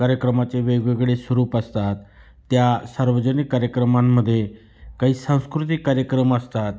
कार्यक्रमाचे वेगवेगळे स्वरूप असतात त्या सार्वजनिक कार्यक्रमांमधे काही सांस्कृतिक कार्यक्रम असतात